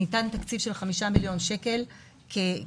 ניתן תקציב של 5 מיליון שקל כתמריץ